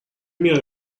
میاد